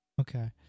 okay